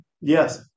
Yes